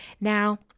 now